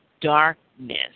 darkness